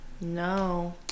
No